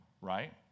right